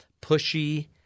pushy